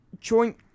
joint